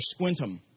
Squintum